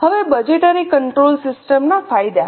હવે budgetary control સિસ્ટમના ફાયદા